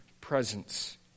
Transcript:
presence